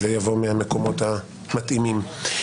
זה יבוא מהמקומות המתאימים.